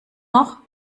noch